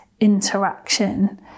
interaction